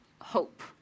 hope